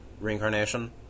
reincarnation